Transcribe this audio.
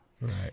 right